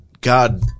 God